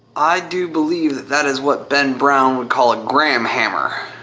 i do believe that that is what ben brown would call a gram hammer.